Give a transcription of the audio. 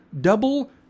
double